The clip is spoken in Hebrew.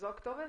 זו הכתובת?